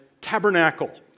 tabernacle